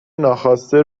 ناخواسته